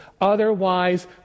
Otherwise